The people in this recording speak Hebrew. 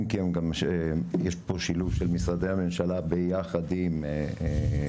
כי יש פה שילוב של משרדי הממשלה ביחד גם עם התאחדות